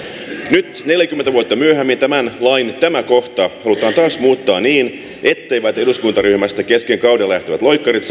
nyt neljäkymmentä vuotta myöhemmin tämän lain tämä kohta halutaan taas muuttaa niin etteivät eduskuntaryhmästä kesken kauden lähtevät loikkarit